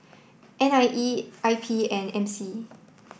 N I E I P and M C